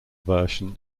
version